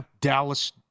Dallas